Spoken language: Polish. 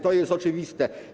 To jest oczywiste.